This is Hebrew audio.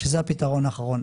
שזה הפתרון האחרון.